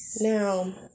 Now